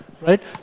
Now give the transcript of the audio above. Right